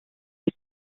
est